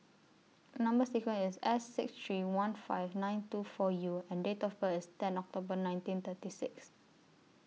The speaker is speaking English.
Number sequence IS S six three one five nine two four U and Date of birth ten October nineteen thirty six